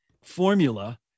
formula